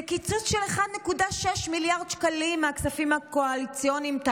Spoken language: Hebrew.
זה קיצוץ של 1.6 מיליארד שקלים מהכספים הקואליציוניים,